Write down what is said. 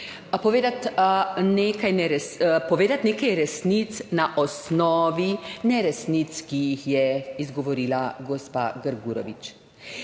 povedati nekaj resnic na osnovi neresnic, ki jih je izgovorila gospa Grgurevič.